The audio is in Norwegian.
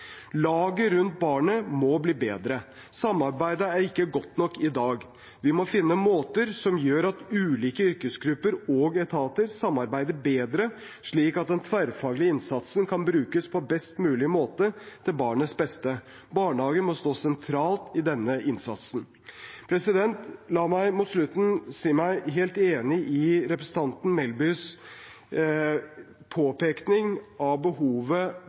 Laget rundt barnet må bli bedre. Samarbeidet er ikke godt nok i dag. Vi må finne måter som gjør at ulike yrkesgrupper og etater samarbeider bedre, slik at den tverrfaglige innsatsen kan brukes på best mulig måte til barnets beste. Barnehagen må stå sentralt i denne innsatsen. La meg mot slutten si meg helt enig i representanten Melbys påpekning av behovet